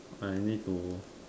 I need to